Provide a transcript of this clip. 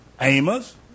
Amos